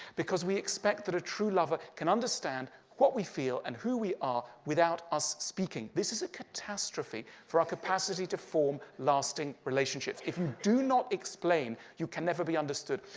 because we expect that a true lover can understand what we feel and who we are without us speaking. this is a catastrophe for our capacity to form lasting relationships. if you do not explain, you can never be understood.